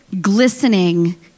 glistening